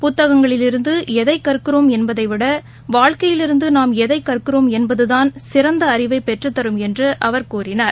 புத்தகங்களிலிருந்து எதை கற்கிறோம் என்பதைவிட வாழ்க்கையிலிருந்து நாம் எதை கற்கிறோம் என்பதுதான் சிறந்த அறிவை பெற்றுத்தரும் என்று அவர் கூறினார்